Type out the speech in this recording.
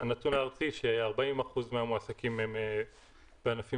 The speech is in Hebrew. הנתון הארצי ש-40% מהמועסקים הם בענפים